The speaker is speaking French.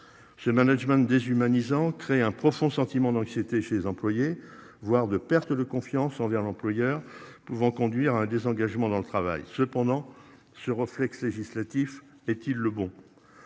Ce management déshumanisant crée un profond sentiment d'anxiété chez les employés, voire de perte de confiance envers l'employeur pouvant conduire à un désengagement dans le travail. Cependant, ce reflex législatif est-il le bon.